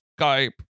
Skype